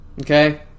okay